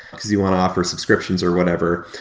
because you want to offer subscriptions or whatever,